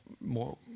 more